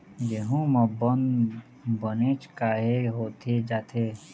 गेहूं म बंद बनेच काहे होथे जाथे?